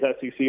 SEC